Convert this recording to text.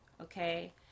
Okay